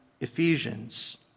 Ephesians